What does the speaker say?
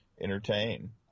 entertain